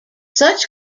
such